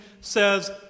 says